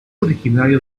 originario